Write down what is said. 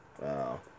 Wow